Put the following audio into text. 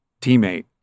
teammate